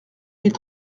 mille